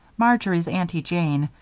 marjory's aunty jane,